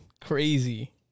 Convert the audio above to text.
Crazy